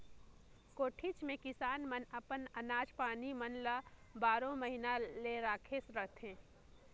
कोठीच मे किसान मन अपन अनाज पानी मन ल बारो महिना ले राखे रहथे